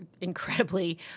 incredibly